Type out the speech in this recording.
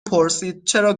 پرسیدچرا